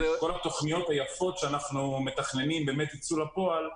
אם כל התוכניות היפות שאנחנו מתכננים באמת ייצאו לפועל,